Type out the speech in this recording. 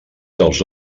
dels